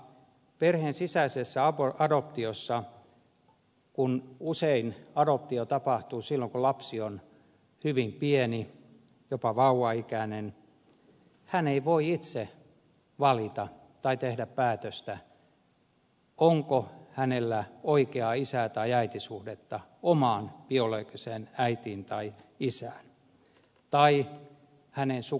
perheen sisäisessä adoptiossa kun usein adoptio tapahtuu silloin kun lapsi on hyvin pieni jopa vauvaikäinen lapsi ei voi itse valita tai tehdä siitä päätöstä onko hänellä oikeaa isä tai äitisuhdetta omaan biologiseen äitiin tai isään tai sukuunsa